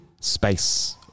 space